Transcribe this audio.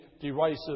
derisive